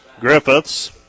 Griffiths